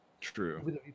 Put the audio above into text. True